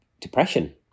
depression